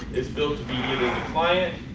it's built to be either the client,